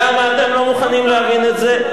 למה אתם לא מוכנים להבין את זה?